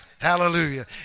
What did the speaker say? Hallelujah